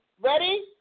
Ready